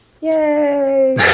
Yay